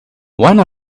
one